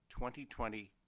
2020